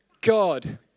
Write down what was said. God